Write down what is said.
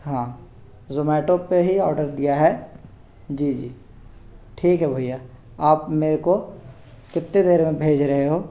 हाँ ज़ोमैटो पर ही ऑर्डर दिया है जी जी ठीक है भैया आप मेरे को कितनी देर में भेज रहे हो